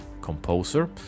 composer